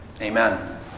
Amen